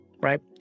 right